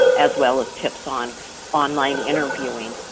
as well as tips on online interviewing.